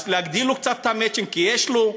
אז להגדיל לו קצת את המצ'ינג, כי יש לו.